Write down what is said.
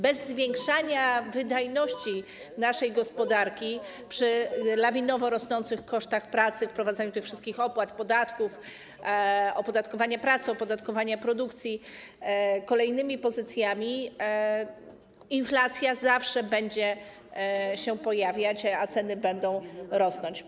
Bez zwiększania wydajności naszej gospodarki, przy lawinowo rosnących kosztach pracy, wprowadzaniu tych wszystkich opłat, podatków, opodatkowania pracy, opodatkowania produkcji kolejnymi pozycjami inflacja zawsze będzie się pojawiać, a ceny będą rosnąć.